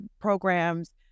programs